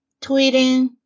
tweeting